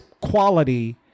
quality